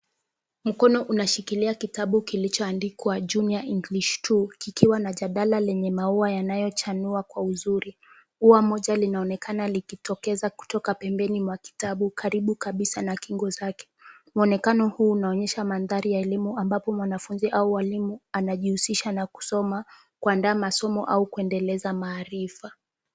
Mkono unashikilia kitabu kilichoandikwa Junior English 2 , kikiwa na jadala lenye maua yanayochanua kwa uzuri, ua linaonekana likitokeza kutoka pembeni mwa kitabu karibu kabisa na kingo zake. Muonekano huu unaonyesha mandhari ya elimu, ambapo mwanafunzi au mwalimu anajihusisha na kusoma, kuandaa masomo au kuendeleza maarifa.